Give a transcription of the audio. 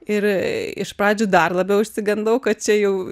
ir iš pradžių dar labiau išsigandau kad čia jau